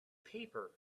paper